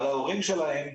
אבל ההורים שלהם,